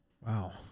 wow